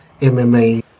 MMA